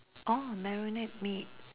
orh marinate meat